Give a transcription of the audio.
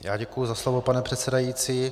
Já děkuji za slovo, pane předsedající.